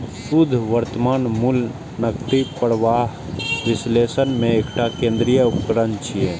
शुद्ध वर्तमान मूल्य नकदी प्रवाहक विश्लेषण मे एकटा केंद्रीय उपकरण छियै